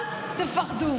אל תפחדו.